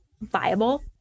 viable